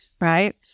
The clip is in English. right